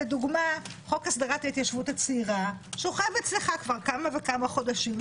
לדוגמה: חוק הסדרת ההתיישבות הצעירה שוכב אצלך כבר כמה וכמה חודשים,